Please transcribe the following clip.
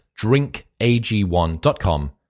drinkag1.com